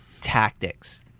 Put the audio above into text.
tactics